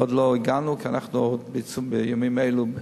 עוד לא הגענו, כי אנחנו בימים אלו,